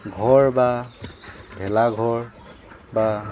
ঘৰ বা ভেলাঘৰ বা